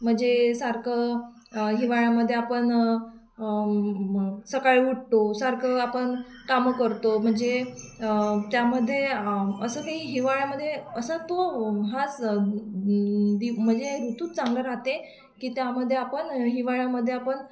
म्हणजे सारखं हिवाळ्यामध्ये आपण सकाळी उठतो सारखं आपण कामं करतो म्हणजे त्यामध्ये असं काही हिवाळ्यामध्ये असा तो हाच दि म्हणजे ऋतूच चांगला राहातो की त्यामध्ये आपण हिवाळ्यामध्ये आपण